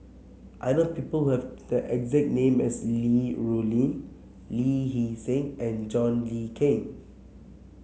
I know people have the exact name as Li Rulin Lee Hee Seng and John Le Cain